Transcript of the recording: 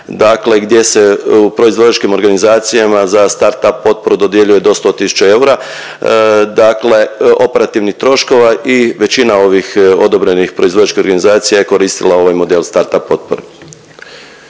gdje se u proizvođačkim organizacijama za start-up potpore dodjeljuje do 100 tisuća eura, dakle operativnih troškova i većina ovih odobrenih proizvođačkih organizacija je koristila ovaj model start-up potpora.